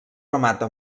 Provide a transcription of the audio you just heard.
remata